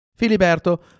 Filiberto